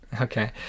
Okay